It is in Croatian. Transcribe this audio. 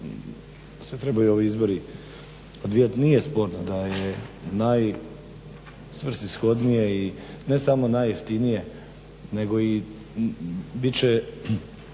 se trebaju ovi izbori odvijati nije sporno da je najsvrsishodnije i ne samo najjeftinije nego i bit će